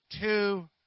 two